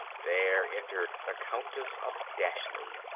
there entered the countess of dashleigh.